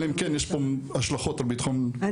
אלא אם כן יש פה השלכות על ביטחון אזרחי ישראל.